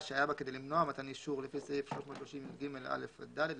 שהיה בה כדי למנוע מתן אישור לפי סעיף 330יג(א) עד (ד),